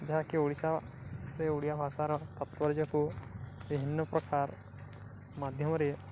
ଯାହାକି ଓଡ଼ିଶାରେ ଓଡ଼ିଆ ଭାଷାର ତାତ୍ପର୍ଯ୍ୟକୁ ବିଭିନ୍ନପ୍ରକାର ମାଧ୍ୟମରେ